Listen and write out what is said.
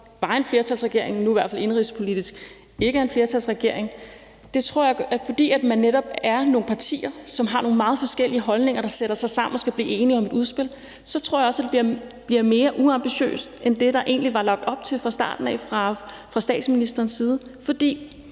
var en flertalsregering, men nu i hvert fald indenrigspolitisk ikke længere er en flertalsregering, netop er nogle partier, som har nogle meget forskellige holdninger, og som skal sætte sig sammen og blive enige om et udspil, bliver det mere uambitiøst end det, der egentlig var lagt op til fra starten fra statsministerens side, fordi